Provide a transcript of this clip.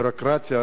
הביורוקרטיה,